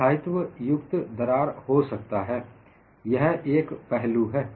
स्थायीत्व युक्त दरार हो सकता है यह एक पहलू है